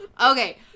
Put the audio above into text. okay